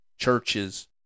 churches